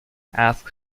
asks